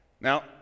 Now